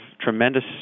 tremendous